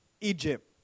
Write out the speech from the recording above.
Egypt